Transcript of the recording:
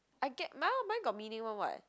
I get mine mine got meaning [one] [what]